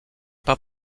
pas